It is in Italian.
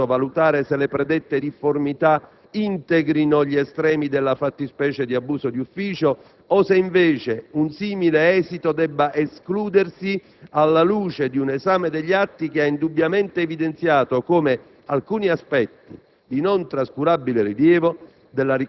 Non spetta né alla Giunta, né al Senato, valutare se le predette difformità integrino gli estremi della fattispecie di abuso d'ufficio o se, invece, un simile esito debba escludersi alla luce di un esame degli atti, che ha indubbiamente evidenziato come alcuni aspetti